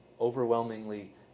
overwhelmingly